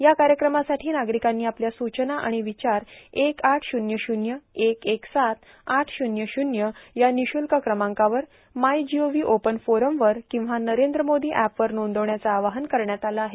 या कायक्रमासाठी नार्गारकांनी आपल्या सूचना आर्गाण र्वचार एक आठ शूल्य शून्य एक एक सात आठ शून्य शून्य या निःशुल्क क्रमांकावर मायजीओव्हां ओपन फोरमवर किंवा नरद्र मोदो अॅप वर नांदवण्याचं आवाहन करण्यात आलं आहे